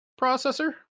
processor